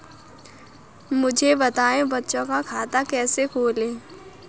मुझे बताएँ बच्चों का खाता कैसे खोलें?